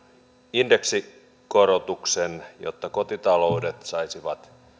indeksikorotuksen jotta kotitaloudet saisivat